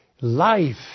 life